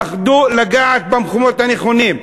פחדו לגעת במקומות הנכונים.